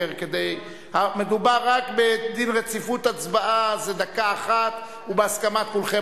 גם לצוות המופלא של ועדת הכלכלה,